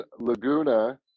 laguna